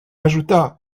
ajouta